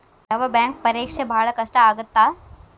ಯಾವ್ ಬ್ಯಾಂಕ್ ಪರೇಕ್ಷೆ ಭಾಳ್ ಕಷ್ಟ ಆಗತ್ತಾ?